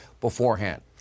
beforehand